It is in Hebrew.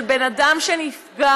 של בן אדם שנפגע,